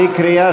בקריאה